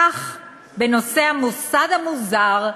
כך בנושא המוסד המוזר,